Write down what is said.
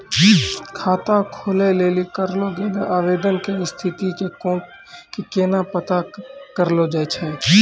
खाता खोलै लेली करलो गेलो आवेदन के स्थिति के केना पता करलो जाय छै?